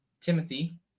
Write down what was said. Timothy